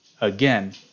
again